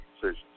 decisions